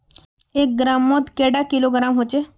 एक ग्राम मौत कैडा किलोग्राम होचे?